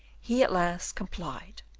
he at last complied,